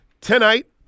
Tonight